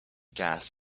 gas